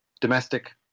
domestic